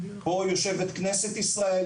יושבת פה כנסת ישראל,